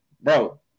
Bro